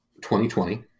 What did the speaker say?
2020